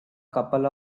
couple